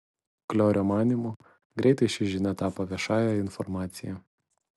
kliorio manymu greitai ši žinia tapo viešąja informacija